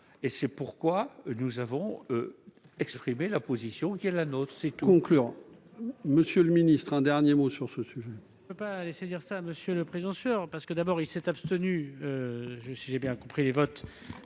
C'est pourquoi nous avons exprimé la position qui est la nôtre. La parole